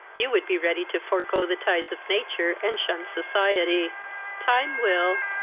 you would be ready to forego the ties of nature, and shun society time will,